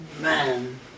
man